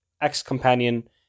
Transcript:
ex-companion